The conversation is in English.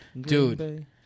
Dude